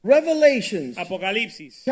Revelations